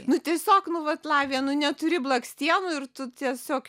nu tiesiog nu vat lavija nu neturi blakstienų ir tu tiesiog